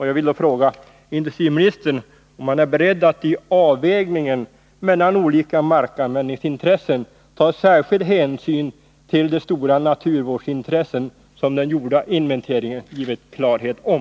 Jag vill då fråga industriministern, om han är beredd att i avvägningen mellan olika markanvändningsintressen ta särskild hänsyn till de stora naturvårdsintressen som den gjorda inventeringen givit klarhet om.